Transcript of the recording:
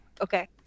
Okay